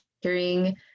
hearing